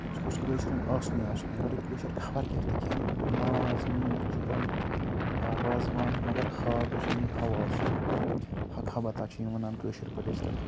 سُہ گوٚژھ کٲشرٮ۪ن آسنُنٕے آسنُنٕے اگرَے کٲشِر خبر کیٛاہ تہِ کھٮ۪ن ماز میٖٹ چِکَن وازوان مگر ہاکں گوٚژھ أنی ہَو آسُن ہاکھا بتا چھِ یِم وَنان کٲشِر پٲٹھۍ ٲسۍ تَتھ